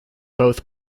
both